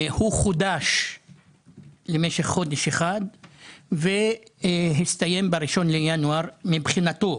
הוא חודש למשך חודש והסתיים ב-1 לינואר מבחינתו,